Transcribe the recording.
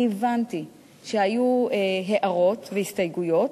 הבנתי שהיו הערות והסתייגויות.